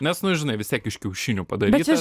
nes nu žinai vis tiek iš kiaušinių padaryta